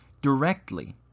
directly